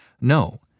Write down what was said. No